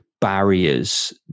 barriers